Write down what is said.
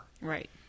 Right